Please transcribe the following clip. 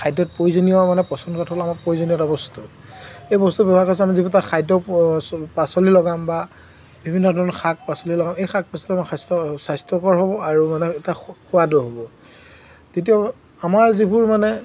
খাদ্যত প্ৰয়োজনীয় মানে প্ৰয়োজনীয়তা বস্তু এই বস্তু ব্যৱহাৰ কৰিছে আমি যিবোৰ তাত খাদ্য পাচলি লগাম বা বিভিন্ন ধৰণৰ শাক পাচলি লগাম এই শাক পাচলি আমাৰ স্বাস্থ্য স্বাস্থ্যকৰ হ'ব আৰু মানে এটা সোৱাদো হ'ব দ্বিতীয় আমাৰ যিবোৰ মানে